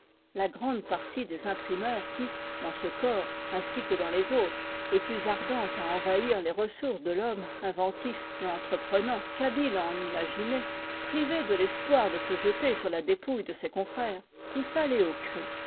la grande partie des imprimeurs qui dans ce corps ainsi que dans les autres est plus ardente à envahir les ressources de l'homme inventif et entreprenant qu'habile à en imaginer privée de l'espoir de se jeter sur la dépouille de ses confrères poussa les hauts cris